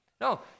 No